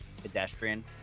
Pedestrian